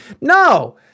No